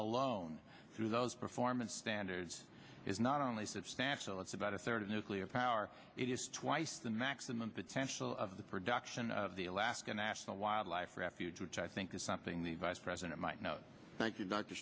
alone through those performance standards is not only substantial it's about a third of nuclear power it is twice the maximum potential of the production of the alaska national wildlife refuge which i think is something the vice president might know thank you d